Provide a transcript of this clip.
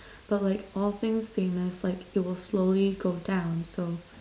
but like all things famous like you will slowly go down also